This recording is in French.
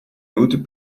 hautes